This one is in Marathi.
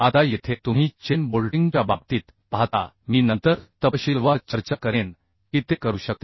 आता येथे तुम्ही चेन बोल्टिंगच्या बाबतीत पाहता मी नंतर तपशीलवार चर्चा करेन की ते करू शकते